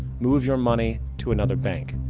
move your money to another bank.